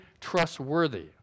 trustworthy